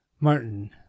Martin